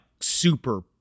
super